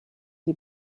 die